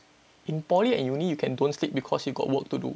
in poly and uni you can don't sleep because you got work to do